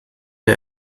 der